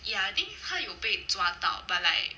ya I think 她有被抓到 but like